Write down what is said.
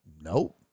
Nope